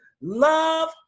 love